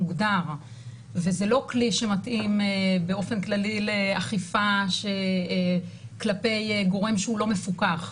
מוגדר וזה לא כלי שמתאים באופן כללי לאכיפה כלפי גורם שהוא לא מפוקח.